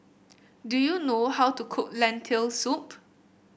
do you know how to cook Lentil Soup